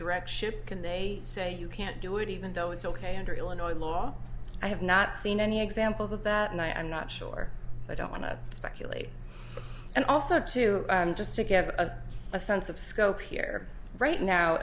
direct ship can they say you can't do it even though it's ok under illinois law i have not seen any examples of that and i'm not sure i don't want to speculate and also to just to give a sense of scope here right now